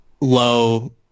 low